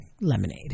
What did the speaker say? lemonade